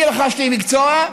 אני רכשתי מקצוע,